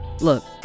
Look